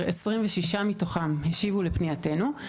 מתוכם השיבו לפנייתנו 26 גופים.